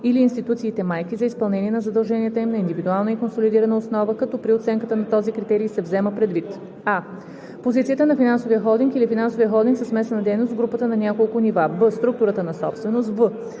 или институциите майки, за изпълнение на задълженията им на индивидуална и консолидирана основа, като при оценката на този критерий се взема предвид: а) позицията на финансовия холдинг или финансовия холдинг със смесена дейност в групата на няколко нива; б) структурата на собственост; в)